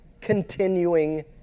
continuing